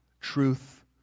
truth